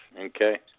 okay